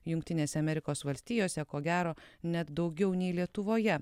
jungtinėse amerikos valstijose ko gero net daugiau nei lietuvoje